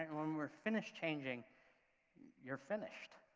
when we're finished changing you're finished,